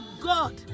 God